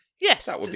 Yes